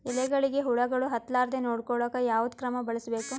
ಎಲೆಗಳಿಗ ಹುಳಾಗಳು ಹತಲಾರದೆ ನೊಡಕೊಳುಕ ಯಾವದ ಕ್ರಮ ಬಳಸಬೇಕು?